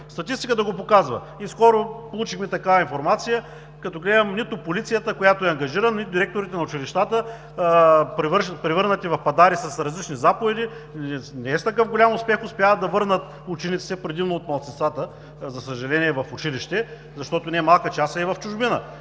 Статистиката го показва. Скоро получихме такава информация, като гледам нито полицията, която е ангажирана, нито директорите на училищата, превърнати в пъдари с различни заповеди, не с такъв голям успех успяват да върнат учениците, предимно от малцинствата, за съжаление, в училище, защото не малка част са и в чужбина.